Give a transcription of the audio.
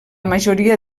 majoria